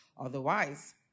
Otherwise